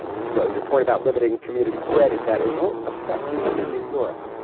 so your point about limiting community spread is that it won't affect me in new york